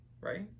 right